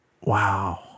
Wow